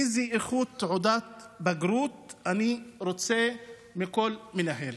איזו איכות תעודת בגרות אני רוצה מכל מנהל?